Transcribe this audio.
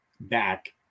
back